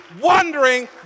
wondering